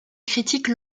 critique